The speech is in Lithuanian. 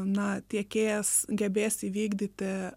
na tiekėjas gebės įvykdyti